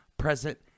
Present